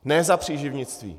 Ne za příživnictví.